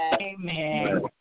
Amen